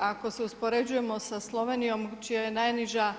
Ako se uspoređujemo sa Slovenijom čija je najniža